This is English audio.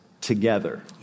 together